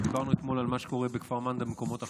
דיברנו אתמול על מה שקורה בכפר מנדא ובמקומות אחרים.